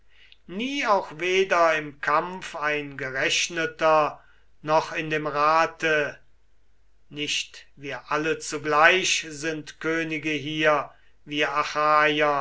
nie auch weder im kampf ein gerechneter noch in dem rate nicht wir alle zugleich sind könige hier wir